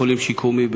שיקום,